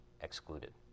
excluded